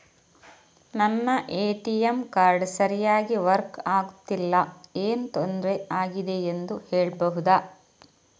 ನನ್ನ ATM card ಸರಿಯಾಗಿ work ಆಗುತ್ತಿಲ್ಲ, ಏನು ತೊಂದ್ರೆ ಆಗಿದೆಯೆಂದು ಹೇಳ್ಬಹುದಾ?